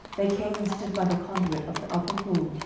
they came and stood by the conduit of the upper pool,